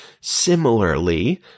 similarly